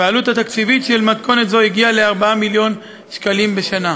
והעלות התקציבית של מתכונת זו הגיעה ל-4 מיליון שקלים בשנה.